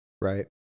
right